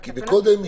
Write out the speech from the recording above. קודם,